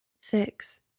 Six